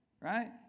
Right